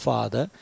Father